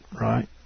right